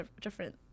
different